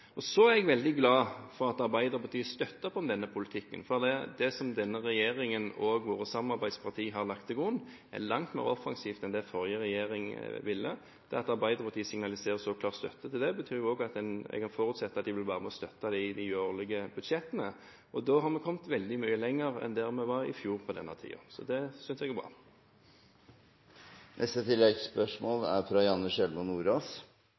er veldig glad for at Arbeiderpartiet støtter opp om denne politikken. Det denne regjeringen og våre samarbeidspartier har lagt til grunn, er langt mer offensivt enn det den forrige regjeringen ville. Det at Arbeiderpartiet signaliserer så klar støtte til det, betyr at man kan forutsette at de vil støtte dette i de årlige budsjettene. Da har vi kommet veldig mye lenger enn der vi var i fjor på denne tiden. Det synes jeg er bra. Janne Sjelmo Nordås